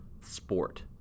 sport